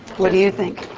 what do you think?